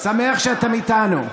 אני שמח שאתם איתנו.